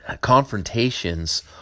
confrontations